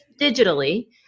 digitally